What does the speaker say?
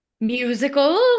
Musicals